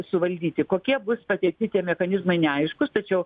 suvaldyti kokie bus pateikti tie mechanizmai neaiškūs tačiau